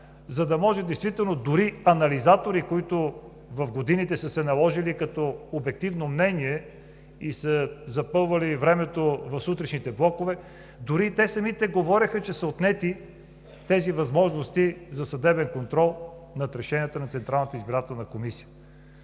за да може действително дори анализатори, които в годините са се наложили с обективно мнение и са запълвали времето в сутрешните блокове, дори и те самите говореха, че са отнети тези възможности за съдебен контрол над решенията на